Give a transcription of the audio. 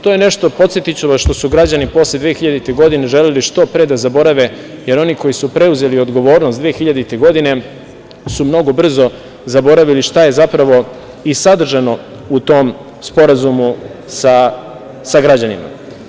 To je nešto, podsetiću vas što su građani posle 2000. godine želeli što pre da zaborave, jer oni koji su preuzeli odgovornost 2000. godine su mnogo brzo zaboravili šta je zapravo i sadržano u tom sporazumu sa građanima.